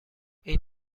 این